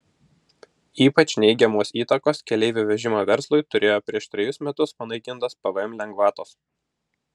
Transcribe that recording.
ypač neigiamos įtakos keleivių vežimo verslui turėjo prieš trejus metus panaikintos pvm lengvatos